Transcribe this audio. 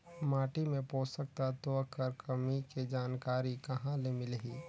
माटी मे पोषक तत्व कर कमी के जानकारी कहां ले मिलही?